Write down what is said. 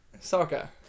Soccer